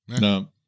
No